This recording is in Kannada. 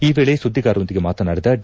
ಈ ವೇಳೆ ಸುದ್ವಿಗಾರರೊಂದಿಗೆ ಮಾತನಾಡಿದ ಡಿ